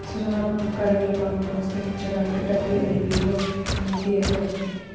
సృజనాత్మక కార్యకలాపాలను ప్రోత్సహించడానికి డబ్ల్యూ.ఐ.పీ.వో అనేది ఏర్పడింది